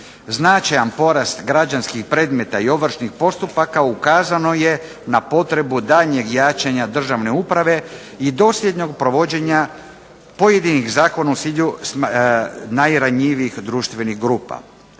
značajan porast građanskih predmeta i ovršnih postupaka ukazano je na potrebu daljnjeg jačanja državne uprave i dosljednog provođenja pojedinih zakona u … /Govornik se ne razumije./… najranjivijih društvenih grupa.